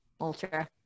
ultra